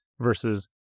versus